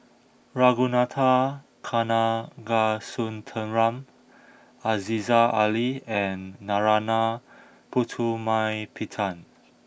Ragunathar Kanagasuntheram Aziza Ali and Narana Putumaippittan